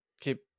keep